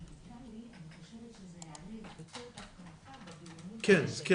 הישיבה ננעלה בשעה 12:29.